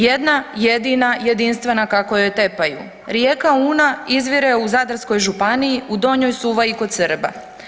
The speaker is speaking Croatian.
Jedna jedina jedinstvena, kako joj tepaju, rijeka Una izvire u Zadarskoj županiji, u Donjoj Suvaji kod Srba.